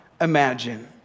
imagine